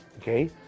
Okay